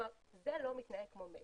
זה לא מתנהג כמו מייל.